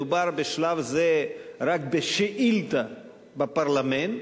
מדובר בשלב זה רק בשאילתא בפרלמנט.